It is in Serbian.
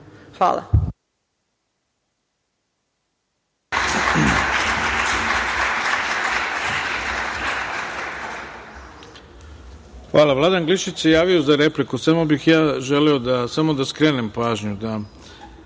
Dačić** Hvala. Vladan Glišić se javio za repliku, samo bih ja želeo da skrenem pažnju